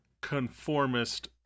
conformist